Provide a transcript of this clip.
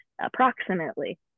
approximately